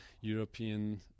European